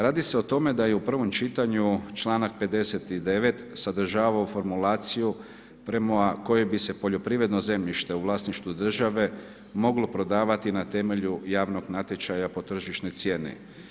Radi se o tome, da je u prvom čitanju, čl. 59. sadržavao formulaciju, prema kojoj bi se poljoprivredno zemljište u vlasništvu države, moglo prodavati na temelju javnog natječaja po tržišnoj cijeni.